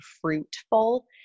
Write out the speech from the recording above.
Fruitful